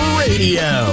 radio